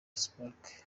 spark